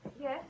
Yes